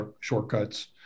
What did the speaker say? shortcuts